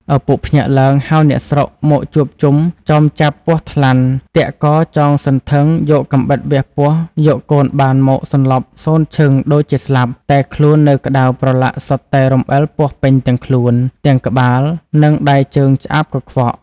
ឪពុកភ្ញាក់ឡើងហៅអ្នកស្រុកមកជួបជុំ ចោមចាប់ពស់ថ្លាន់ទាក់កចង សន្ធឹង យកកាំបិតព្រាវះយកកូនបានមកសន្លប់សូន្យឈឹងដូចជាស្លាប់ តែខ្លួននៅក្ដៅប្រឡាក់សុទ្ធតែរំអិលពស់ពេញ ទាំងខ្លួន ទាំងក្បាលនិងដៃជើងឆ្អាបកខ្វក់។